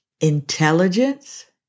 intelligence